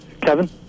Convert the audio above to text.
Kevin